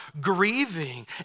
grieving